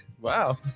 Wow